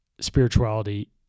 spirituality